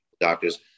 doctors